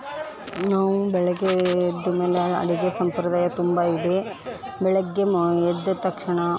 ನಾವು ಬೆಳಗ್ಗೆ ಎದ್ದ ಮೇಲೆ ಅಡುಗೆ ಸಂಪ್ರದಾಯ ತುಂಬ ಇದೆ ಬೆಳಗ್ಗೆ ಮೊ ಎದ್ದ ತಕ್ಷಣ